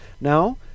Now